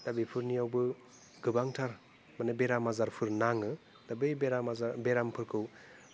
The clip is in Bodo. दा बेफोरनियावबो गोबांथार माने बेराम आजारफोर नाङो दा बै बेराम आजार बेरामफोरखौ